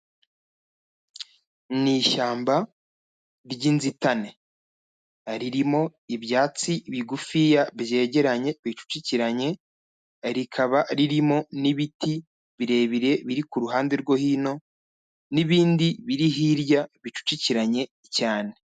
Ni ishyamba ry'inzitane. Ririmo ibyatsi bigufiya, byegeranye, bicucikiranye, rikaba ririmo n'ibiti birebire biri ku ruhande rwo hino n'ibindi biri hirya, bicucikiranye cyane.